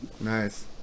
Nice